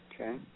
Okay